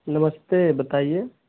नमस्ते बताइए